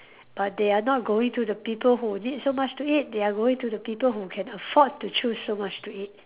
but they are not going to the people who need so much to eat they are going to the people who can afford to choose so much to eat